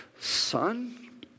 Son